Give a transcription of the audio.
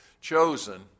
chosen